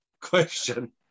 Question